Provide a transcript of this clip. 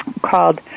called